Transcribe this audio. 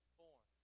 born